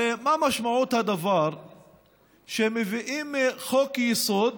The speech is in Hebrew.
הרי מה משמעות הדבר שמביאים חוק-יסוד,